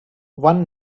one